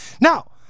Now